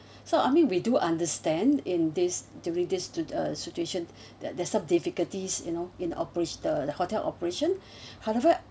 so I mean we do understand in this during this to uh situation that there're some difficulties you know in operate the the hotel operation however